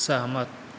सहमत